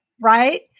Right